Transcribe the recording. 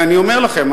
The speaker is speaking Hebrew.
אני אומר לכם,